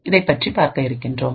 இதைப்பற்றி பார்க்க இருக்கின்றோம்